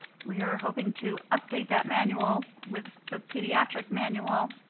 we are hoping to update that manual with the pediatric manual.